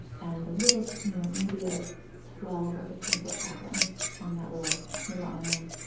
and the little, you know, maybe a twelve or fifteen foot sapling on that little, little island.